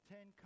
Ten